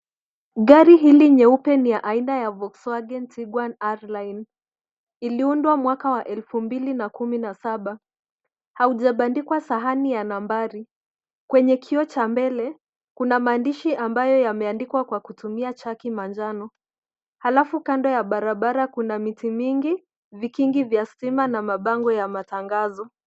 Gari hili nyeupe ni aina ya Volkswagen Tiguan Earthline. Iliundwa mwaka wa elfu mbili na kumi na saba. Haujabandikwa sahani ya nambari. Kwenye kioo cha mbele, kuna maandishi ambayo yameandikwa kwa kutumia chaki manjano. Alafu kando ya barabara kuna miti mingi, vikingi vya stima na mabango ya matangazo.